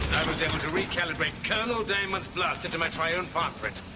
was able to recalibrate colonel damon's blaster to match my own pawprint.